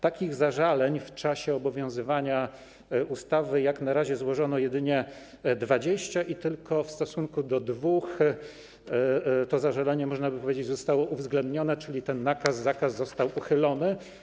Takich zażaleń w czasie obowiązywania ustawy jak na razie złożono jedynie 20 i tylko w dwóch przypadkach to zażalenie, można by powiedzieć, zostało uwzględnione, czyli ten nakaz lub zakaz został uchylony.